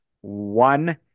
one